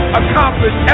accomplish